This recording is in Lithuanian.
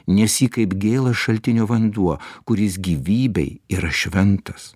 nes ji kaip gėlas šaltinio vanduo kuris gyvybei yra šventas